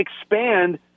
expand